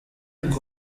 avuga